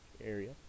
area